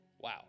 Wow